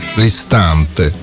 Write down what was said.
ristampe